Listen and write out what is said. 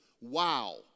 Wow